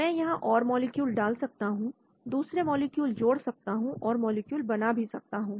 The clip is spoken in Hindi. मैं यहां और मॉलिक्यूल डाल सकता हूं दूसरे मॉलिक्यूल जोड़ सकता हूं और मॉलिक्यूल बना भी सकता हूं